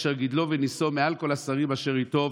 אשר גידלו ונישאו מעל כל השרים אשר איתו,